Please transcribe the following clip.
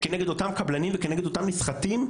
כנגד אותם קבלנים וכנגד אותם נסחטים,